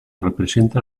representa